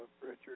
Richard